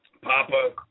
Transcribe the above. Papa